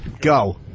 go